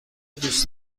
دوست